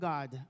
God